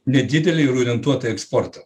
nedidelė ir orientuota į eksportą